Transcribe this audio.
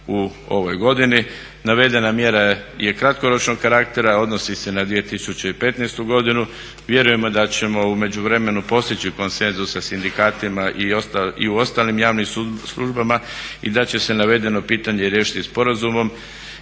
u ovoj godini. Navedena mjera je kratkoročnog karaktera, odnosni se na 2015. godinu. Vjerujemo da ćemo u međuvremenu postići konsenzus sa sindikatima i u ostalim javnim službama i da će se navedeno pitanje riješiti sporazumom